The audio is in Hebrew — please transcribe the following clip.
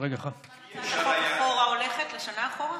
לכמה זמן הצעת החוק הולכת אחורה, לשנה אחורה?